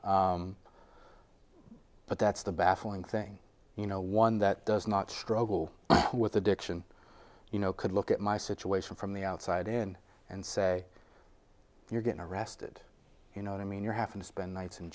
but that's the baffling thing you know one that does not struggle with addiction you know could look at my situation from the outside in and say you're getting arrested you know i mean you're having to spend nights in